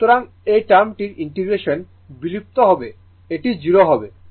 সুতরাং এই টার্মটির ইন্টিগ্রেশন বিলুপ্ত হবে এটি 0 হবে